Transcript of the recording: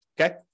okay